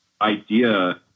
idea